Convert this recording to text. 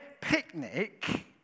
picnic